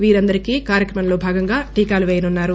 వీరందరికీ కార్యక్రమంలో భాగంగా టీకాలు పేయనున్నారు